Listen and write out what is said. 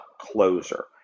closer